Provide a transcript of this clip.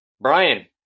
Brian